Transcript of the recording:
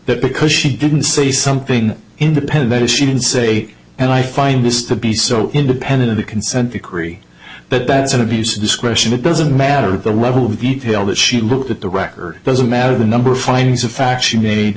that because she didn't say something independent as she didn't say and i find this to be so independent of the consent decree that that's an abuse of discretion it doesn't matter the level of detail that she looked at the record doesn't matter the number of findings of fact she made